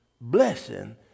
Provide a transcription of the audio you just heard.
blessing